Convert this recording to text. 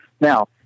Now